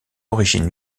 origine